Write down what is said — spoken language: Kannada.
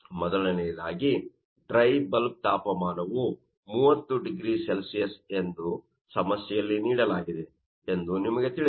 ಮೊದಲನೆಯದಾಗಿ ಡ್ರೈ ಬಲ್ಬ್ ತಾಪಮಾನವು 30 0C ಎಂದು ಸಮಸ್ಯೆಯಲ್ಲಿ ನೀಡಲಾಗಿದೆ ಎಂದು ನಿಮಗೆ ತಿಳಿದಿದೆ